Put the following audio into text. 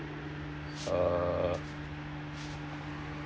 uh